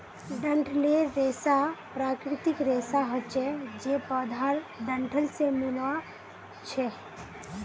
डंठलेर रेशा प्राकृतिक रेशा हछे जे पौधार डंठल से मिल्आ छअ